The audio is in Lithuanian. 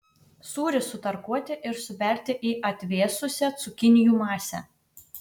sūrį sutarkuoti ir suberti į atvėsusią cukinijų masę